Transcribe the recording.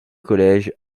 collège